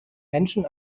menschen